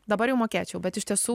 dabar jau mokėčiau bet iš tiesų